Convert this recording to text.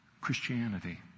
Christianity